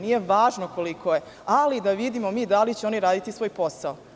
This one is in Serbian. Nije važno koliko je, ali da vidimo mi da li će oni raditi svoj posao.